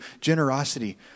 generosity